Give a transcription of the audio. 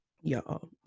Y'all